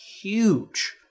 huge